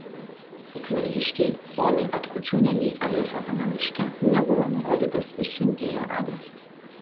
ukmergiškei onai atkočiūnienei adresuotame laiške nebuvo nurodytas ir siuntėjo adresas